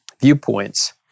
viewpoints